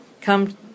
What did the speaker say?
come